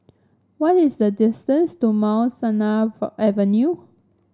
what is the distance to Mount Sinai Avenue